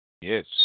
Yes